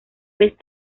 vez